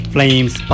Flames